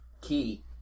key